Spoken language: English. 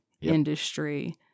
industry